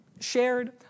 shared